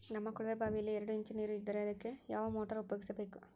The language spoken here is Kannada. ನಮ್ಮ ಕೊಳವೆಬಾವಿಯಲ್ಲಿ ಎರಡು ಇಂಚು ನೇರು ಇದ್ದರೆ ಅದಕ್ಕೆ ಯಾವ ಮೋಟಾರ್ ಉಪಯೋಗಿಸಬೇಕು?